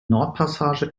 nordpassage